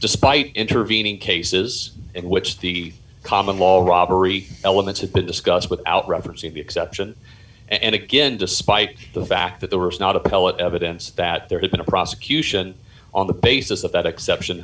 despite intervening cases in which the common law all robbery elements have been discussed without referencing the exception and again despite the fact that they were not appellate evidence that there had been a prosecution on the basis of that exception